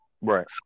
right